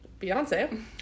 Beyonce